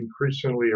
increasingly